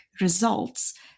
results